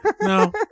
no